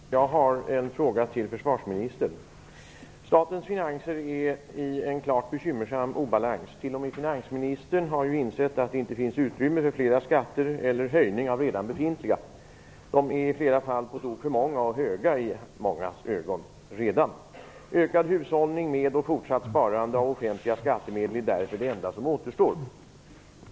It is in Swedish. Herr talman! Jag har en fråga till försvarsministern. Statens finanser är i en klart bekymmersam obalans. T.o.m. finansministern har insett att det inte finns utrymme för fler skatter eller för en höjning av redan befintliga skatter. Dessa är i flera fall redan på tok för många och höga i mångas ögon. Ökad hushållning med och fortsatt sparande av offentliga skattemedel är därför det enda som återstår.